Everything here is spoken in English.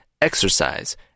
exercise